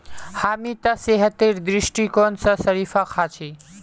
हामी त सेहतेर दृष्टिकोण स शरीफा खा छि